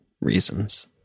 reasons